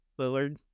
Lillard